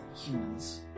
humans